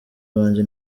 banjye